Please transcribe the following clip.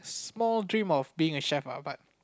small dream of being a chef lah but